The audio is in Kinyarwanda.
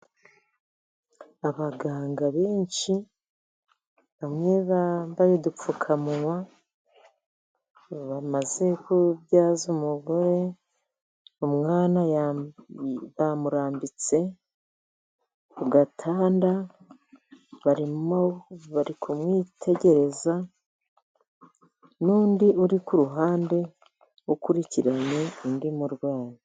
Abaganga benshi bamwe bambaye udupfukamunwa. Bamaze kubyaza umugore. Umwana bamurambitse ku gatanda, barimo kumwitegereza n'undi uri ku ruhande ukurikiranye undi murwayi.